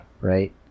Right